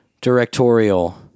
directorial